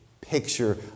picture